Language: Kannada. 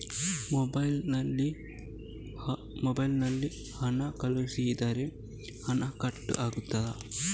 ಮೊಬೈಲ್ ನಲ್ಲಿ ಹಣ ಕಳುಹಿಸಿದರೆ ಹಣ ಕಟ್ ಆಗುತ್ತದಾ?